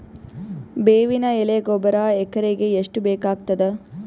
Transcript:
ಬೇವಿನ ಎಲೆ ಗೊಬರಾ ಎಕರೆಗ್ ಎಷ್ಟು ಬೇಕಗತಾದ?